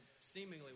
seemingly